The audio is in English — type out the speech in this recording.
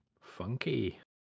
Funky